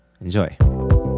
Enjoy